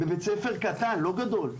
במוסד קטן, לא גדול.